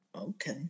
Okay